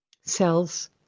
cells